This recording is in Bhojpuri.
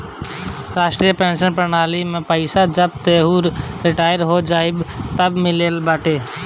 राष्ट्रीय पेंशन प्रणाली में पईसा जब तू रिटायर हो जइबअ तअ मिलत बाटे